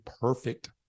perfect